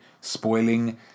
spoiling